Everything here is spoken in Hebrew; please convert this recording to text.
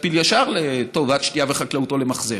להתפיל ישר לטובת שתייה וחקלאות או למחזר,